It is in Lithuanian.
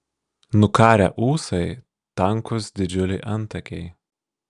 nukarę ūsai tankūs didžiuliai antakiai